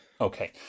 Okay